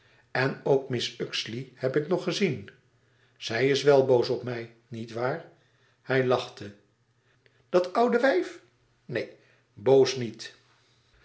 en ook mrs uxeley heb ik nog gezien zij is wèl boos op mij niet waar hij lachte dat oude wijf neen boos niet